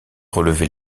relever